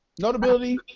Notability